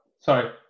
sorry